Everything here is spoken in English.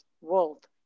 world